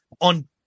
on